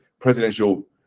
presidential